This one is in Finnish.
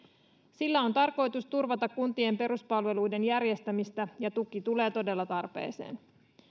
sillä on tarkoitus turvata kuntien peruspalveluiden järjestämistä ja tuki tulee todella tarpeeseen